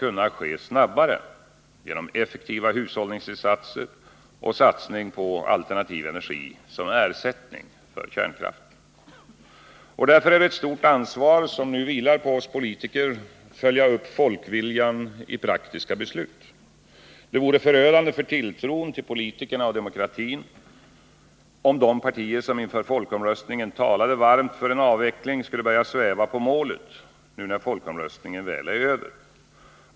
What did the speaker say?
Detta skulle bli möjligt genom effektiva hushållningsinsatser och satsning på alternativ energi som ersättning för kärnkraften. Därför är det ett stort ansvar som nu vilar på oss politiker att följa upp folkviljan i praktiska beslut. Det vore förödande för tilltron till politikerna och demokratin om de partier som inför folkomröstningen talade varmt för en avveckling skulle börja sväva på målet nu när folkomröstningen väl är över.